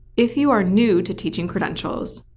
if you are new to teaching credentials,